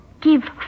Give